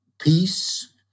peace